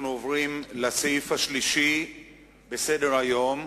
אנחנו עוברים לסעיף השלישי בסדר-היום.